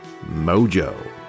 Mojo